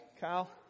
Kyle